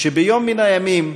שביום מן הימים